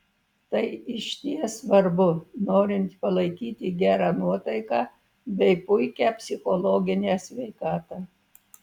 tai išties svarbu norint palaikyti gerą nuotaiką bei puikią psichologinę sveikatą